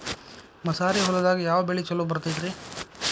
ಮಸಾರಿ ಹೊಲದಾಗ ಯಾವ ಬೆಳಿ ಛಲೋ ಬರತೈತ್ರೇ?